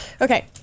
Okay